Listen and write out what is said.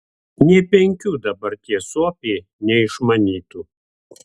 nė penkių dabar tie suopiai neišmanytų